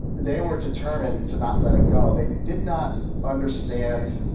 they were determined to not let it go. they did not understand